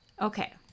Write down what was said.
okay